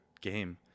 game